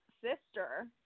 sister